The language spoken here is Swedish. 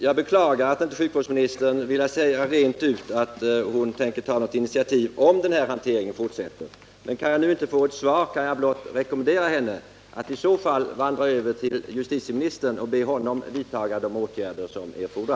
Jag beklagar att sjukvårdsministern inte vill säga rent ut att hon tänker ta ett initiativ, om den här hanteringen fortsätter. Kan jag nu inte få ett svar, kan jag blott rekommendera henne att vandra över till justitieministern och behonom vidta de erforderliga åtgärderna.